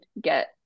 get